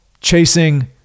chasing